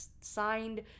signed